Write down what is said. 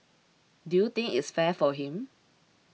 do you think its fair for him